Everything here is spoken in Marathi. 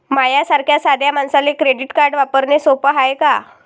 माह्या सारख्या साध्या मानसाले क्रेडिट कार्ड वापरने सोपं हाय का?